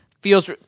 feels